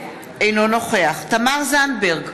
אינו נוכח תמר זנדברג,